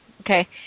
Okay